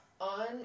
on